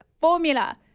formula